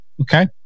Okay